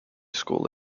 school